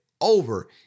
over